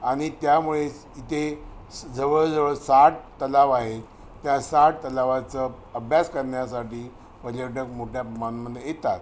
आणि त्यामुळेच इथे जवळजवळ साठ तलाव आहेत त्या साठ तलावाचं अभ्यास करण्यासाठी पर्यटक मोठ्या प्रमाणामध्ये येतात